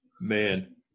Man